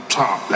top